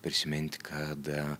prisiminti kad